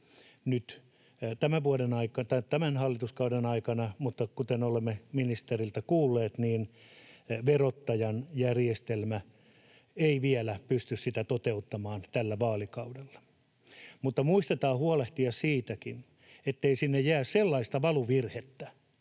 tämän hallituskauden aikana, mutta kuten olemme ministeriltä kuulleet, niin verottajan järjestelmä ei vielä pysty sitä toteuttamaan tällä vaalikaudella. Mutta muistetaan huolehtia siitäkin, ettei sinne jää sellaista valuvirhettä,